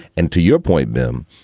and to your point them,